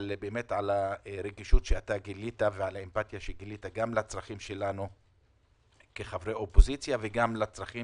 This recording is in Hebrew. ההתחשבות והרגישות שגילית גם לצרכים שלנו כחברי אופוזיציה וגם לצרכי